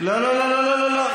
אמרתי, לא, לא, לא, לא, לא, לא, לא.